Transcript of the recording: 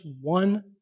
one